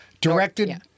Directed